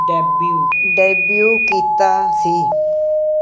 debut ਕੀਤਾ ਸੀ